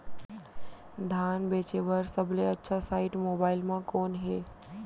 धान बेचे बर सबले अच्छा साइट मोबाइल म कोन हे?